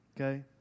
Okay